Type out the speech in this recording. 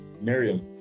Miriam